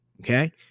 Okay